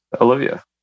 Olivia